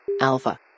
Alpha